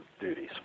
duties